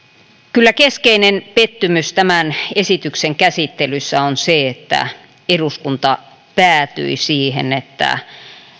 kyllä keskeinen pettymys tämän esityksen käsittelyssä on se että eduskunta päätyi siihen että